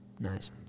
Nice